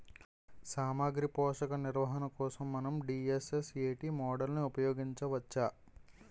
సామాగ్రి పోషక నిర్వహణ కోసం మనం డి.ఎస్.ఎస్.ఎ.టీ మోడల్ని ఉపయోగించవచ్చా?